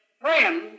friends